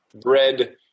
bread